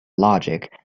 logic